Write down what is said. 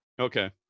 Okay